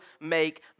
make